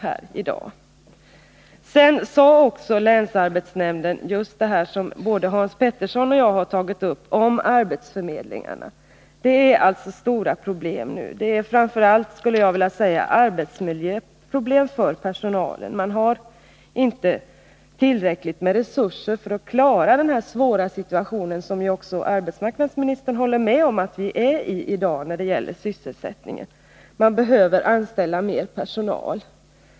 Länsarbetsnämnden sade också just detta som både Hans Petersson i Hallstahammar och jag har talat om beträffande arbetsförmedlingarna. Det finns alltså nu stora problem. Framför allt är det arbetsmiljöproblem för personalen. Man har inte tillräckligt med resurser för att klara den svåra situationen — och även arbetsmarknadsministern håller med om att vi har en svår situation i dag när det gäller sysselsättningen. Arbetsförmedlingarna behöver anställa mer personal.